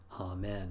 Amen